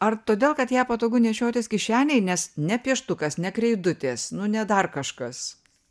ar todėl kad ją patogu nešiotis kišenėj nes ne pieštukas ne kreidutės nu ne dar kažkas